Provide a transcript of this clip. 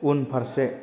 उनफारसे